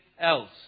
else